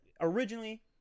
originally